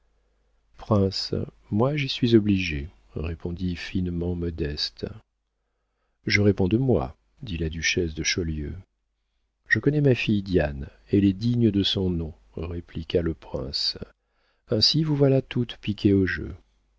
prince moi j'y suis obligée répondit finement modeste je réponds de moi dit la duchesse de chaulieu je connais ma fille diane elle est digne de son nom répliqua le prince ainsi vous voilà toutes piquées au jeu